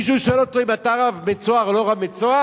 מישהו שואל אותו, אתה רב ב"צהר" או לא רב ב"צהר"?